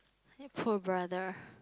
your poor brother